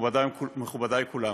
מכובדיי כולם,